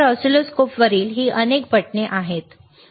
तर ऑसिलोस्कोपवरील ही अनेक बटणे आहेत ठीक आहे